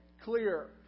clear